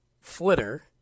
flitter